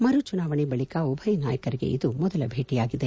ಮರು ಚುನಾವಣೆ ಬಳಿಕ ಉಭಯ ನಾಯರಿಗೆ ಇದು ಮೊದಲ ಭೇಟಿಯಾಗಿದೆ